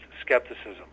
skepticism